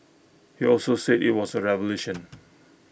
he also said IT was A revolution